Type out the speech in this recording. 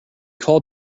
call